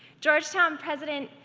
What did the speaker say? georgetown president,